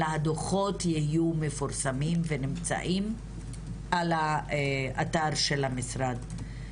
אלא הדוחו"ת יהיו מפורסמים ונמצאים על האתר של המשרד.